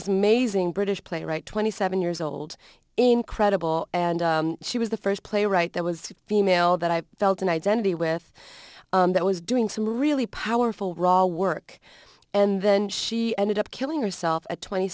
this amazing british playwright twenty seven years old incredible and she was the first playwright there was a female that i felt an identity with that was doing some really powerful role work and then she ended up killing herself a twenty